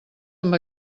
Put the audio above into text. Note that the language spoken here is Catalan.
amb